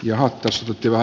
johon pystyttyvä